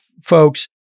folks